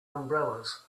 umbrellas